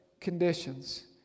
conditions